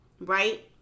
Right